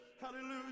Hallelujah